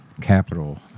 Capital